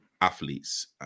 athletes